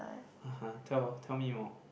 (uh huh) tell tell me more